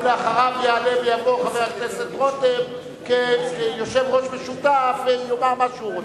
ואחריו יעלה ויבוא חבר הכנסת רותם כיושב-ראש משותף ויאמר מה שהוא רוצה.